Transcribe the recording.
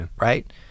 right